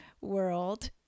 world